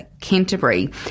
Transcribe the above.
Canterbury